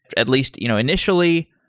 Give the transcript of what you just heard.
at least you know initially,